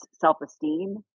self-esteem